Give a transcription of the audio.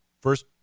first